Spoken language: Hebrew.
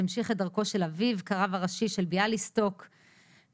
המשיך את דרכו של אביו כרב הראשי של ביאליסטוק ובאמת,